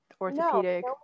orthopedic